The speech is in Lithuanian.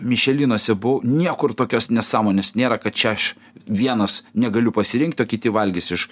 mišelinuose buvau niekur tokios nesąmonės nėra kad čia aš vienas negaliu pasirinkt o kiti valgys iš